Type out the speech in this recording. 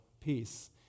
peace